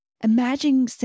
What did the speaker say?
Imagine